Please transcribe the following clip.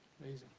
Amazing